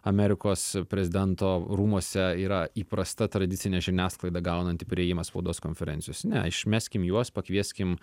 amerikos prezidento rūmuose yra įprasta tradicinė žiniasklaida gaunanti priėjimą spaudos konferencijos ne išmeskim juos pakvieskim